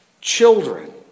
children